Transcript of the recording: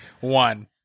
One